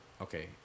okay